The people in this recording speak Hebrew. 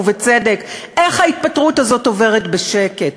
ובצדק: איך ההתפטרות הזאת עוברת בשקט?